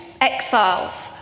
exiles